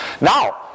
Now